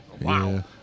wow